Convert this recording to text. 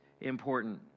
important